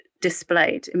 displayed